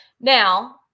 Now